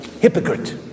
Hypocrite